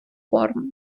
форму